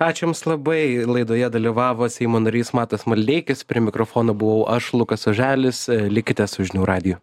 ačiū jums labai laidoje dalyvavo seimo narys matas maldeikis prie mikrofono buvau aš lukas oželis likite su žinių radiju